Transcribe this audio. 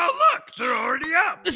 oh, look! they're already up! this